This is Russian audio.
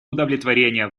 удовлетворение